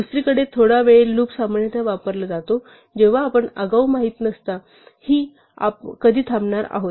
दुसरीकडे थोडा वेळ लूप सामान्यतः वापरला जातो जेव्हा आपण आगाऊ माहित नसता की आपण कधी थांबणार आहात